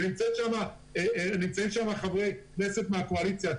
נמצאים שם חברי כנסת מהקואליציה.